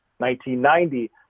1990